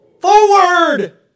Forward